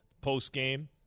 post-game